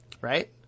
right